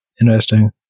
interesting